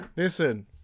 Listen